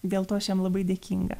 dėl to aš jam labai dėkinga